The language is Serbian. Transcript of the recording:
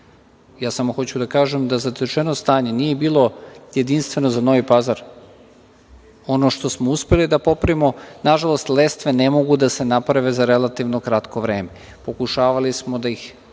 jasno. Samo hoću da kažem da zatečeno stanje nije bilo jedinstveno za Novi Pazar, ono što smo uspeli da popravimo. Nažalost, lestve ne mogu da se naprave za relativno kratko vreme. Pokušavali smo da ih